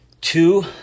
Two